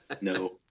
No